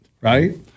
right